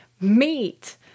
meat